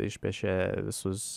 išpiešė visus